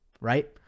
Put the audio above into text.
Right